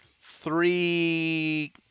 three